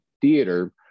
theater